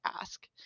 ask